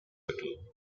little